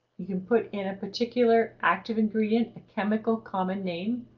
you can put in a particular active ingredient, a chemical common name,